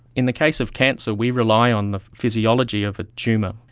in the case of cancer, we rely on the physiology of a tumour.